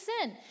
sin